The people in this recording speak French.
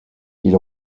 ils